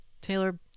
Taylor